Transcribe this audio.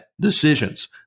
Decisions